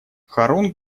харун